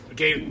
Okay